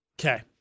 Okay